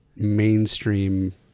mainstream